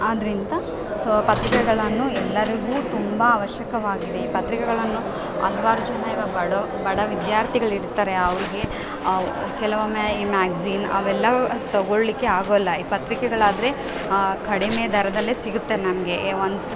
ಆದ್ರಿಂತ so ಪತ್ರಿಕೆಗಳನ್ನು ಎಲ್ಲರಿಗೂ ತುಂಬ ಅವಶ್ಯಕವಾಗಿದೆ ಪತ್ರಿಕೆಗಳನ್ನು ಹಲ್ವಾರು ಜನ ಇವಾಗ ಬಡ ಬಡ ವಿದ್ಯಾರ್ಥಿಗಳಿರ್ತಾರೆ ಅವರಿಗೆ ಕೆಲವೊಮ್ಮೆ ಈ ಮ್ಯಾಗ್ಜಿನ್ ಅವೆಲ್ಲವು ತಗೊಳ್ಳಲ್ಲಿಕ್ಕೆ ಆಗೊಲ್ಲ ಈ ಪತ್ರಿಕೆಗಳಾದರೆ ಕಡಿಮೆ ದರದಲ್ಲೇ ಸಿಗತ್ತೆ ನಮಗೆ ಈ ಒಂದು